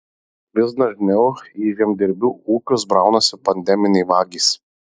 vis dažniau į žemdirbių ūkius braunasi pandeminiai vagys